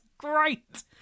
Great